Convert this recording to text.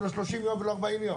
לא 30 ולא 40 יום,